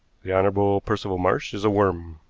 the honorable percival marsh is a worm,